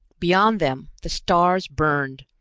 beyond them the stars burned,